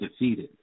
defeated